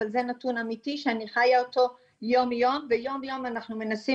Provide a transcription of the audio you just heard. אבל זה נתון אמיתי שאני חיה אותו יום יום ויום יום אנחנו מנסים